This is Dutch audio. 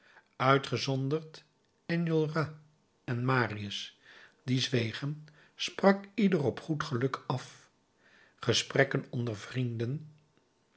uitgezonderd enjolras en marius die zwegen sprak ieder op goed geluk af gesprekken onder vrienden